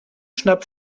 schnapp